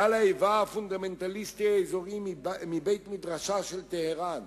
גל האיבה הפונדמנטליסטי האזורי מבית-מדרשה של טהרן,